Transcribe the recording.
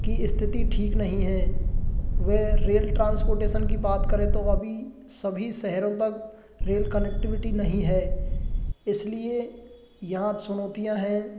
की स्थिति ठीक नहीं हैं वे रेल ट्रांसपोर्टेशन की बात करे तो वह भी सभी शहरों तक रेल कनेक्टिविटी नहीं है इस लिए यहाँ चुनौतियाँ हैं